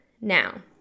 now